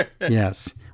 Yes